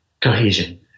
Cohesion